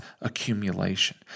accumulation